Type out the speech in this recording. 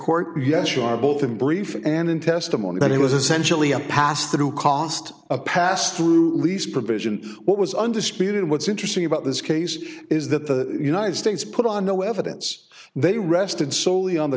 court yes you are both in brief and in testimony that he was essentially a pass through cost a pass through lease provision what was undisputed what's interesting about this case is that the united states put on no evidence they rested solely on the